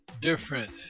different